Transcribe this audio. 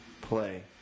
play